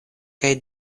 kaj